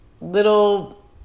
little